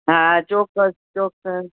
હા ચોક્કસ ચોક્કસ